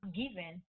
given